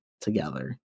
together